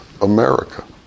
America